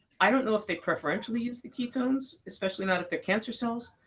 i don't know if they preferentially use the ketones, especially not if they're cancer cells.